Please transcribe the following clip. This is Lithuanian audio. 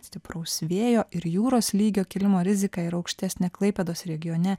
stipraus vėjo ir jūros lygio kilimo rizika yra aukštesnė klaipėdos regione